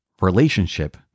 relationship